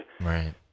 Right